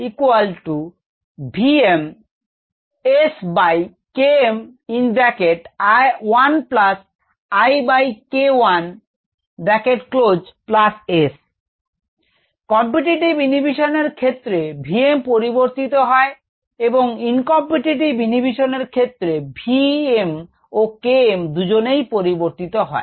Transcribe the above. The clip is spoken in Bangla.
noncompetitive ইনহিবিশন এর ক্ষেত্রে V mপরিবর্তিত হয় এবং uncompetitive ইনহিবিশন এর ক্ষেত্রে V m ও K m দুজনেই পরিবর্তিত হয়